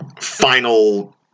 final